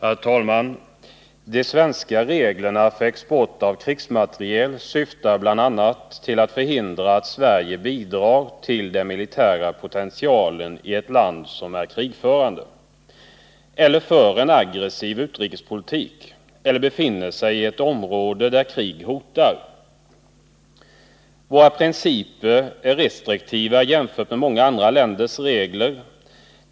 Herr talman! De svenska reglerna för export av krigsmateriel syftar bl.a. till att förhindra att Sverige bidrar till den militära potentialen i ett land som är krigförande eller för en aggressiv utrikespolitik eller befinner sig i ett område där krig hotar. Våra principer är restriktiva, jämfört med många andra länders regler.